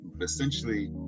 Essentially